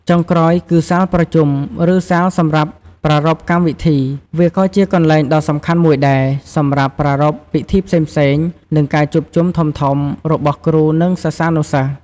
ចុងក្រោយគឺ សាលប្រជុំ ឬសាលសម្រាប់ប្រារព្ធកម្មវិធី វាក៏ជាកន្លែងដ៏សំខាន់មួយដែរ សម្រាប់ប្រារព្ធពិធីផ្សេងៗ និងការជួបជុំធំៗ របស់គ្រូ និងសិស្សានុសិស្ស។